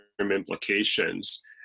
implications